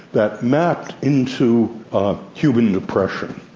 that mapped into human depression.